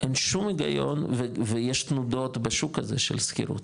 אין שום היגיון ויש תנודות בשוק הזה של שכירות,